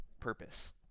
purpose